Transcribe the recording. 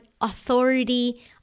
authority